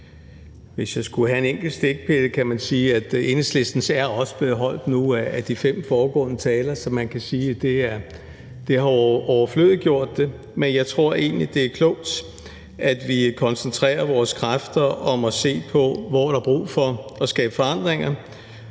Hvis jeg skulle komme med en enkelt stikpille, kan man sige, at Enhedslistens tale også er blevet holdt nu – af de fem foregående talere. Så man kan sige, at det har overflødiggjort det. Men jeg tror egentlig, det er klogt, at vi koncentrerer vores kræfter om at se på, hvor der er brug for at skabe forandringer,